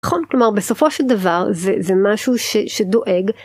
נכון. כלומר בסופו של דבר זה משהו שדואג.